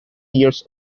years